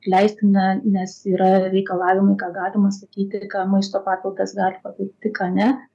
leistina nes yra reikalavimai ką galima sakyti ir ką maisto papildas gali paveikti ką ne